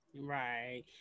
Right